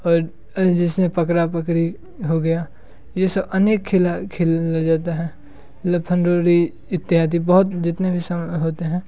और जिस में पकड़ा पकड़ी हो गया ये सब अनेक खेल खेलें जाता है लफ्फन डोरी इत्यादि बहुत जितने भी होते हैं